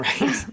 Right